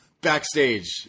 Backstage